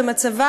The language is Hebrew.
ומצבה,